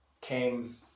came